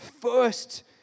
first